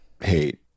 hate